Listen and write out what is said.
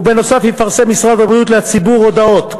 ונוסף על כך יפרסם משרד הבריאות לציבור הודעות,